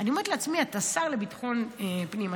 אתה שר לביטחון פנים,